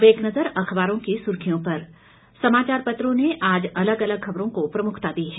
अब एक नजर अखबारों की सुर्खियों पर समाचार पत्रों ने आज अलग अलग खबरों को प्रमुखता दी है